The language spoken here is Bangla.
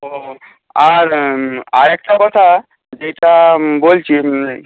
ও আর আরেকটা কথা যেটা বলছি